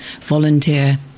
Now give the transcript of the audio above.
volunteer